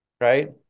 right